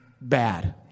bad